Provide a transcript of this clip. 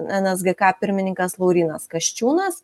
nsgk pirmininkas laurynas kasčiūnas